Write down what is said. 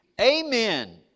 Amen